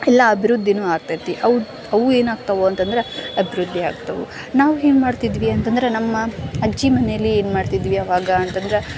ಎಲ್ಲ ಅಬಿವೃದ್ಧಿಯೂ ಆಗ್ತೈತಿ ಅವು ಅವು ಏನಾಗ್ತವೆ ಅಂತಂದ್ರೆ ಅಭಿವೃದ್ಧಿ ಆಗ್ತವೆ ನಾವು ಏನು ಮಾಡ್ತಿದ್ವಿ ಅಂತಂದ್ರೆ ನಮ್ಮ ಅಜ್ಜಿ ಮನೆಯಲ್ಲಿ ಏನು ಮಾಡ್ತಿದ್ವಿ ಅವಾಗ ಅಂತಂದ್ರೆ